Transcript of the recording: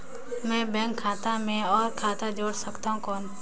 मैं बैंक खाता मे और खाता जोड़ सकथव कौन?